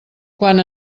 quan